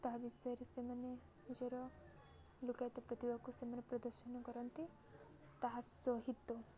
ତାହା ବିଷୟରେ ସେମାନେ ନିଜର ଲୋକାୟତ ପ୍ରତିଭାକୁ ସେମାନେ ପ୍ରଦର୍ଶନ କରନ୍ତି ତାହା ସହିତ